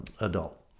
adult